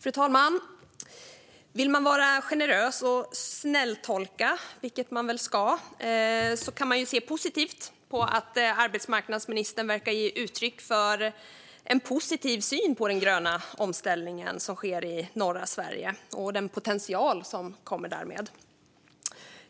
Fru talman! Vill man vara generös och snälltolka, vilket man väl ska, kan man ju se positivt på att arbetsmarknadsministern verkar ge uttryck för en positiv syn på den gröna omställning som sker i norra Sverige och den potential som kommer därmed.